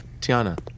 Tiana